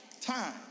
Time